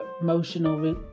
emotional